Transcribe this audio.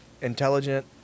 intelligent